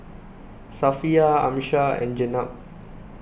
Safiya Amsyar and Jenab